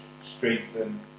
strengthen